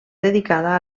dedicada